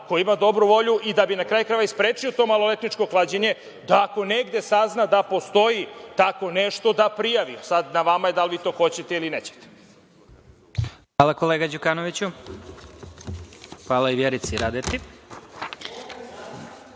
ko ima dobru volju i da bi, na kraju krajeva, i sprečio to maloletničko klađenje, da ako negde sazna da postoji tako nešto da prijavi. Sad, na vama je da li vi to hoćete ili nećete. **Vladimir Marinković** Hvala, kolega